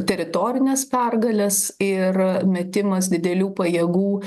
teritorines pergales ir metimas didelių pajėgų